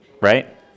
Right